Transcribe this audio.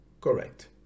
correct